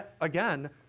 again